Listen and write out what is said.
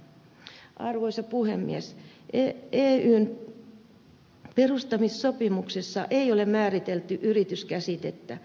eyn perustamissopimuksessa ei ole määritelty yritys käsitettä